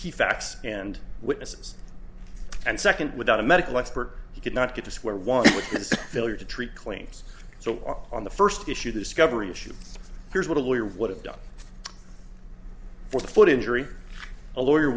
key facts and witnesses and second without a medical expert he could not get to square one has to treat claims so on the first issue discovery issue here's what a lawyer would have done for the foot injury a lawyer